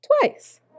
twice